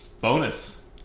Bonus